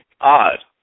odd